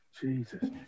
Jesus